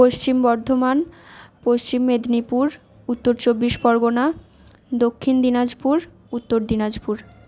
পশ্চিম বর্ধমান পশ্চিম মেদিনীপুর উত্তর চব্বিশ পরগনা দক্ষিণ দিনাজপুর উত্তর দিনাজপুর